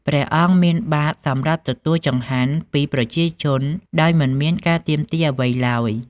ព្រះអង្គមានបាត្រសម្រាប់ទទួលចង្ហាន់ពីប្រជាជនដោយមិនមានការទាមទារអ្វីឡើយ។